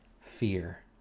fear